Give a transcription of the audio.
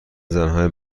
زنهای